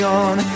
on